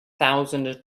thousand